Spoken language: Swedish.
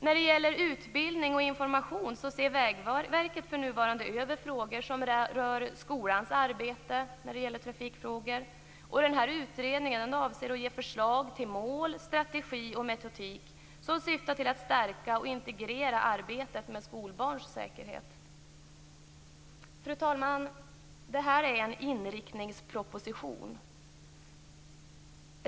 När det gäller utbildning och information ser Vägverket för närvarande över frågor som rör skolans arbete med trafikfrågor. Denna utredning skall ge förslag till mål, strategi och metodik som syftar till att stärka och integrera arbetet med skolbarns trafiksäkerhet. Fru talman! Detta är en inriktningsproposition.